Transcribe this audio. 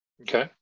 Okay